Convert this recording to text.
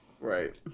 Right